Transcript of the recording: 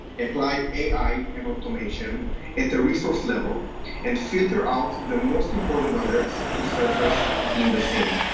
apply ai and automation at the resource level and filter out the most important alerts to surface in the siem.